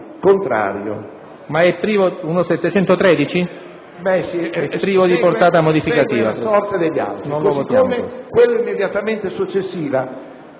sono privi di portata modificativa.